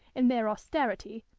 in their austerity,